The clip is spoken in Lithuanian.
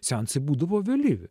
seansai būdavo vėlyvi